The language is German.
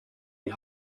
die